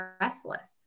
restless